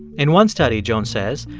in one study, joan says,